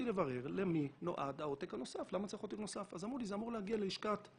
את עוד רגע יוצאת.